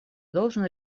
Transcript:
должен